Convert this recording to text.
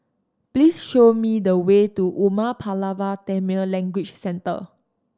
please show me the way to Umar Pulavar Tamil Language Centre